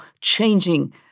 changing